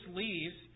leaves